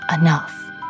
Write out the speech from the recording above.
enough